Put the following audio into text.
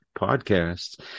podcasts